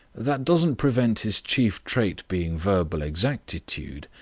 that doesn't prevent his chief trait being verbal exactitude.